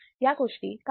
या गोष्टी काय आहेत